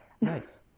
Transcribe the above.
Nice